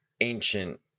ancient